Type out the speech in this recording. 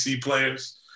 players